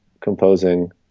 composing